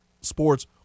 sports